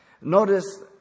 notice